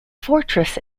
fortress